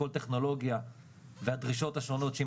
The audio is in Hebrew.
כל טכנולוגיה והדרישות השונות שהיא